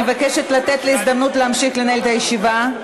אני מבקשת לתת לי הזדמנות להמשיך לנהל את הישיבה.